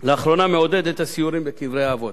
שלאחרונה מעודד את הסיורים בקברי האבות,